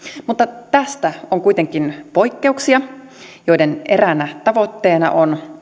mutta tästä on kuitenkin poikkeuksia ja tämän verovapauden eräänä tavoitteena on